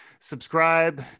Subscribe